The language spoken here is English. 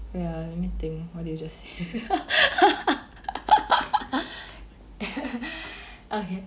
wait ah let me think what did you just say okay